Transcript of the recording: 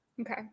Okay